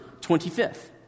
25th